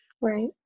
Right